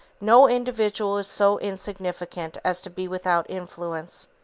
no individual is so insignificant as to be without influence.